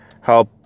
help